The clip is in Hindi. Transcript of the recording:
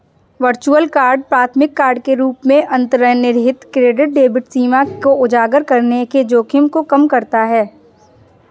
वर्चुअल कार्ड प्राथमिक कार्ड के रूप में अंतर्निहित क्रेडिट डेबिट सीमा को उजागर करने के जोखिम को कम करता है